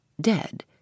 dead